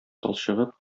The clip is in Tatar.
талчыгып